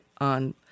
on